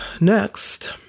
Next